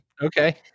Okay